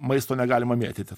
maisto negalima mėtyti